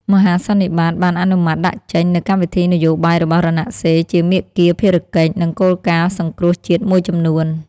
មហាសន្និបាតបានអនុម័តដាក់ចេញ នូវកម្មវិធីនយោបាយរបស់រណសិរ្យ ជាមាគ៌ា ភារកិច្ច និងគោលការណ៍សង្គ្រោះជាតិមួយចំនួន។